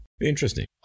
interesting